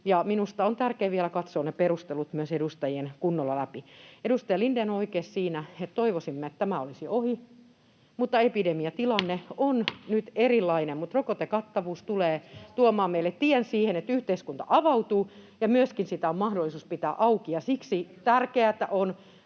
edustajien vielä katsoa ne perustelut kunnolla läpi. Edustaja Lindén on oikeassa siinä, että toivoisimme, että tämä olisi jo ohi, mutta epidemiatilanne on nyt erilainen, mutta rokotekattavuus tulee tuomaan meille tien siihen, että yhteiskunta avautuu ja sitä on myöskin mahdollisuus pitää auki, ja siksi on